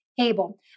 able